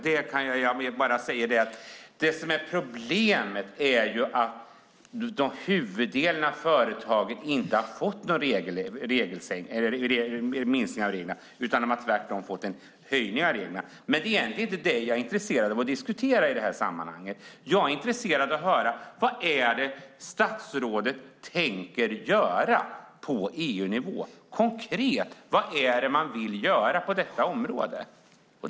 Det som är problemet är att huvuddelen av företagen inte har fått någon minskning av reglerna utan tvärtom fått en ökning. Men det är egentligen inte det jag är intresserad av att diskutera i det här sammanhanget. Jag är intresserad av att höra: Vad är det statsrådet tänker göra på EU-nivå? Vad är det konkret man vill göra på detta område?